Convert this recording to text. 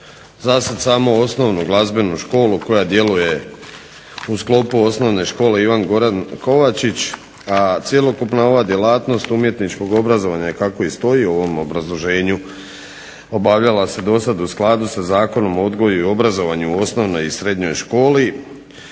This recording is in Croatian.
zasad samo Osnovnu glazbenu školu koja djeluje u sklopu Osnovne škole "Ivan Goran Kovačić", a cjelokupna ova djelatnost umjetničkog obrazovanja kako i stoji u ovom obrazloženju, obavljala se dosad u skladu sa Zakonom o odgoju i obrazovanju u osnovnoj i srednjoj školi